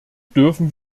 dürfen